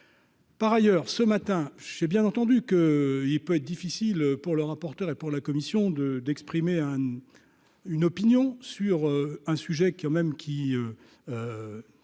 par ailleurs, ce matin, j'ai bien entendu que il peut être difficile pour le rapporteur, et pour la commission de d'exprimer une opinion sur un sujet quand